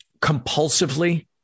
Compulsively